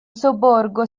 sobborgo